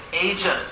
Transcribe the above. agent